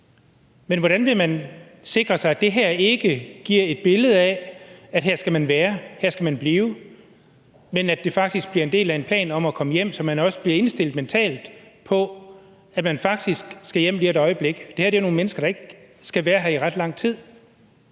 hjem med – vil sikre, at det ikke giver et billede af, at her skal man være, her skal man blive, men at det faktisk bliver en del af en plan om at komme hjem, så man også bliver indstillet mentalt på, at man faktisk skal hjem lige om et øjeblik. Det her er nogle mennesker, der ikke skal være her i ret lang tid.